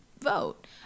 vote